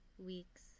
Weeks